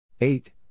eight